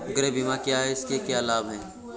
गृह बीमा क्या है इसके क्या लाभ हैं?